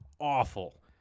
awful